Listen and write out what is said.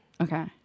Okay